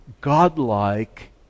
godlike